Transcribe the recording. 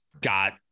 got